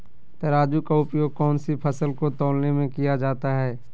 तराजू का उपयोग कौन सी फसल को तौलने में किया जाता है?